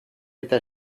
eta